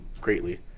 greatly